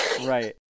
Right